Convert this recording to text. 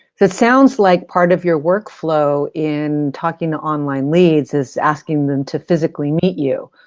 this sounds like part of your workflow in talking to online leads is asking them to physically meet you